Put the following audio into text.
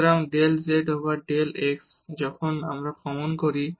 সুতরাং del z over del x যখন আমরা সাধারণ করি